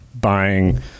buying